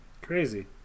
Crazy